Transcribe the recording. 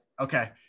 okay